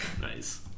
nice